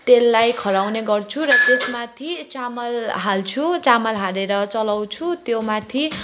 तेललाई खऱ्याउने गर्छु र त्यसमाथि चामल हाल्छु चामल हालेर चलाउँछु त्योमाथि